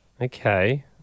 Okay